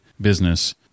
business